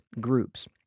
groups